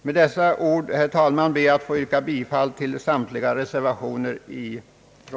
Med dessa ord, herr talman, ber jag att få yrka bifall till samtliga reservationer i denna fråga.